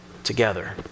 together